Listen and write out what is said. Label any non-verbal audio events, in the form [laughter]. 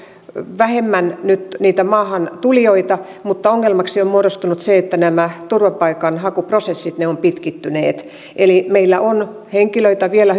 vähemmän nyt niitä maahantulijoita mutta ongelmaksi on muodostunut se että nämä turvapaikanhakuprosessit ovat pitkittyneet eli meillä on vielä [unintelligible]